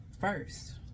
first